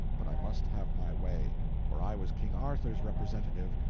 but i must have my way for i was king arthur's representative,